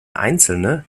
einzelne